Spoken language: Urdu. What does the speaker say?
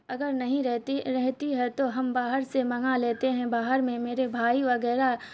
اگر نہیں رہتی رہتی ہے تو ہم باہر سے منگا لیتے ہیں باہر میں میرے بھائی وغیرہ